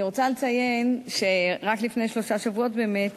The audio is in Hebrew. אני רוצה לציין שרק לפני שלושה שבועות באמת